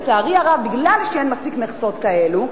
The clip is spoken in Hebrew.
לצערי הרב, מכיוון שאין מספיק מכסות כאלו,